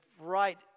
right